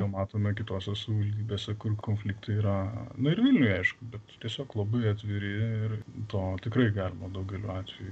ką matome kitose savivaldybėse kur konfliktai yra na ir vilniuje aišku tiesiog labai atviri ir to tikrai galima daugeliu atvejų